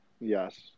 yes